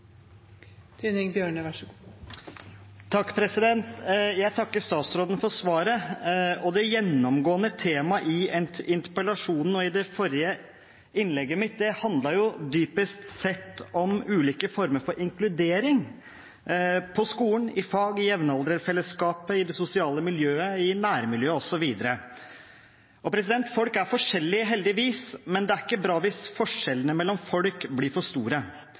Jeg takker statsråden for svaret. Det gjennomgående temaet i interpellasjonen og i det forrige innlegget mitt handlet dypest sett om ulike former for inkludering, på skolen, i fag, i jevnalderfellesskapet, i det sosiale miljøet, i nærmiljøet osv. Folk er forskjellig heldigvis, men det er ikke bra hvis forskjellene mellom folk blir for store.